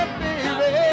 baby